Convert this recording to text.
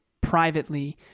privately